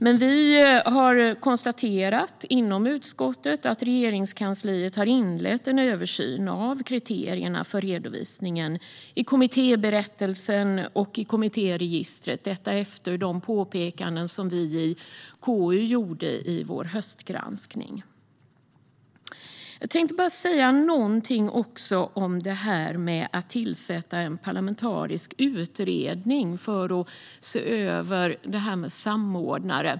Men vi har inom utskottet konstaterat att Regeringskansliet har inlett en översyn av kriterierna för redovisningen i kommittéberättelsen och kommittéregistret - detta efter de påpekanden som vi i KU gjorde i vår höstgranskning. Jag vill också säga någonting om att tillsätta en parlamentarisk utredning för att se över det här med samordnare.